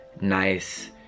nice